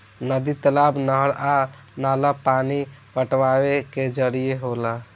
नदी, तालाब, नहर आ नाला पानी पटावे के जरिया होला